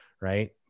right